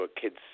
kids